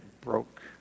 broke